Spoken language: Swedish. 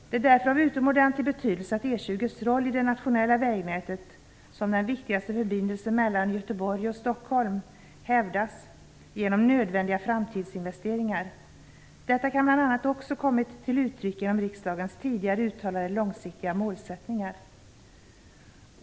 Det är därför av utomordentlig betydelse att den roll som E 20 har för det nationella vägnätet, som den viktigaste förbindelsen mellan Göteborg och Stockholm, hävdas genom nödvändiga framtidsinvesteringar. Detta har bl.a. också kommit till uttryck genom riksdagens tidigare uttalade långsiktiga målsättningar.